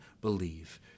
believe